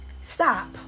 stop